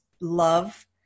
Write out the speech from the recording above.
love